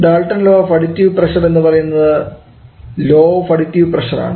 daltons law of additive pressure എന്ന് പറയുന്നത് law of additive pressure ആണ്